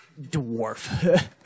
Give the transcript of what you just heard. dwarf